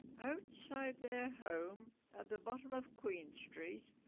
outside their home at the bottom of queen street.